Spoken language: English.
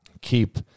keep